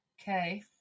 Okay